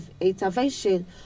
intervention